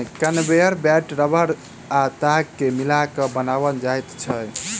conveyor belt रबड़ आ ताग के मिला के बनाओल जाइत छै